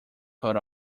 sort